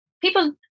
people